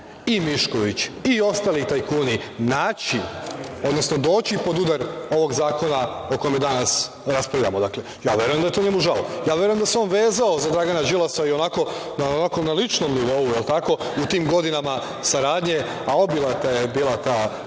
i Mišković i ostali tajkuni naći, odnosno doći pod udar ovog zakona o kome danas raspravljamo. Dakle, verujem da je njemu žao. Verujem da se on vezao za Dragana Đilasa na ličnom nivou, jel tako, u tim godinama saradnje, a obilata je bila ta